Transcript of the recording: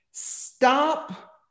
stop